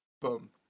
Boom